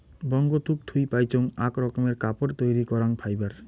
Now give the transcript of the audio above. বঙ্গতুক থুই পাইচুঙ আক রকমের কাপড় তৈরী করাং ফাইবার